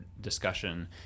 discussion